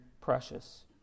precious